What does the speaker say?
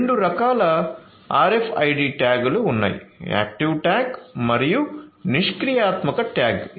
రెండు రకాల RFID ట్యాగ్లు ఉన్నాయి యాక్టివ్ ట్యాగ్ మరియు నిష్క్రియాత్మక ట్యాగ్